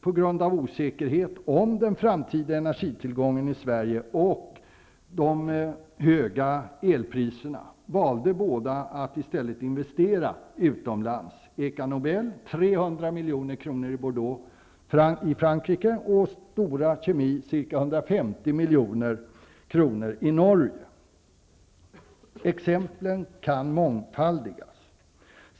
På grund av osäkerhet om den framtida energitillgången i Sverige och de höga el-priserna valde båda att i stället investera utomlands, Eka Nobel 300 milj.kr. i Bordeaux i Frankrike och Stora Kemi ca 150 milj.kr. i Norge. Exemplen kan mångfaldigas.